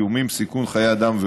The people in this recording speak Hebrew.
איומים וסיכון חיי אדם.